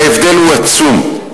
וההבדל הוא עצום.